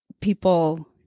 people